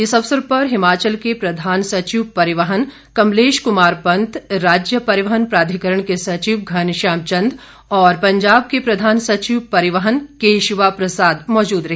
इस अवसर पर हिमाचल के प्रधान सचिव परिवहन कमलेश कुमार पंत राज्य परिवहन प्राधिकरण के सचिव घनश्याम चंद और पंजाब के प्रधान सचिव परिवहन केशिवा प्रसाद मौजूद रहे